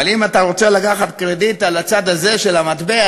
אבל אם אתה רוצה לקחת קרדיט על הצד הזה של המטבע,